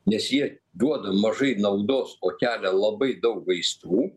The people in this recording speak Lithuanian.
nes jie duoda mažai naudos o kelia labai daug gaisrų